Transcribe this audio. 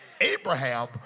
Abraham